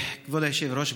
כבוד היושב-ראש,